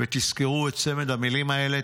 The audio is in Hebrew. תזכרו את צמד המילים האלה,